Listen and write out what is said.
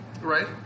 right